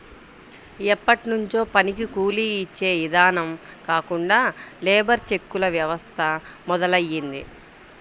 ఎప్పట్నుంచో పనికి కూలీ యిచ్చే ఇదానం కాకుండా లేబర్ చెక్కుల వ్యవస్థ మొదలయ్యింది